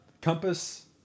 compass